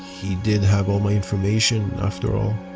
he did have all my information after all.